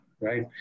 right